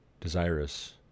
desirous